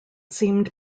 seemed